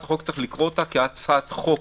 צריך לקרוא את הצעת החוק כהצעת חוק